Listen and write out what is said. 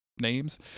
names